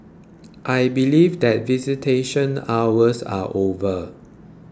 I believe that visitation hours are over